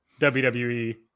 WWE